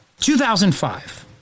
2005